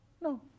no